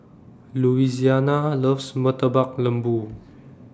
Louisiana loves Murtabak Lembu